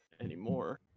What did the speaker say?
anymore